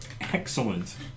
Excellent